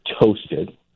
toasted